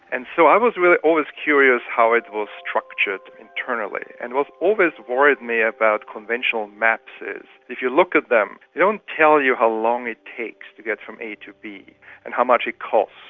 and so i was really always curious how it was structured internally. and what always worried me about conventional maps is if you look at them, they don't tell you how long it takes to get from a to b and how much it costs.